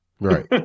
Right